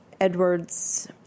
Edward's